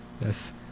Yes